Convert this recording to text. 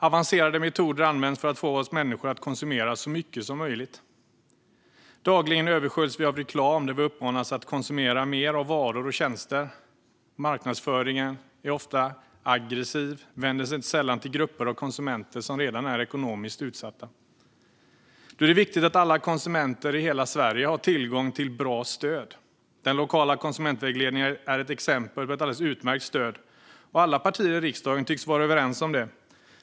Avancerade metoder används för att få oss människor att konsumera så mycket som möjligt. Dagligen översköljs vi av reklam, där vi uppmanas att konsumera mer av varor och tjänster. Marknadsföringen är ofta aggressiv och vänder sig inte sällan till grupper av konsumenter som redan är ekonomiskt utsatta. Då är det viktigt att alla konsumenter i hela Sverige har tillgång till bra stöd. Den lokala konsumentvägledningen är ett exempel på ett alldeles utmärkt stöd, och alla partier i riksdagen tycks vara överens om det.